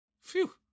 Phew